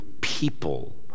people